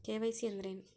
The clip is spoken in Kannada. ಕೆ.ವೈ.ಸಿ ಅಂದ್ರೇನು?